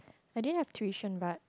I didn't have tuition but